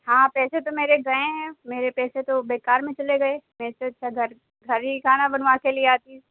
ہاں پیسے تو میرے گئے ہیں میرے پیسے تو بیکار میں چلے گئے میں اس سے اچھا گھر گھر ہی کھانا بنوا کے لے آتی